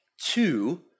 Two